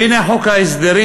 והנה, חוק ההסדרים,